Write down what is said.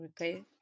Okay